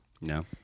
No